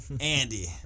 Andy